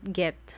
get